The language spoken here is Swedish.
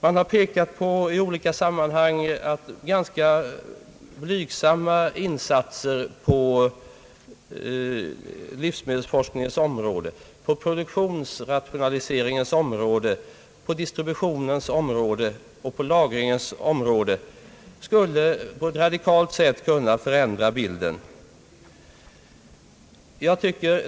Man har i olika sammanhang pekat på att ganska blygsamma insatser på livsmedelsforskningens område, på produktionsrationaliseringens område, på distributionens område och på lagringens område på ett radikalt sätt skulle kunna förändra bilden.